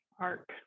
arc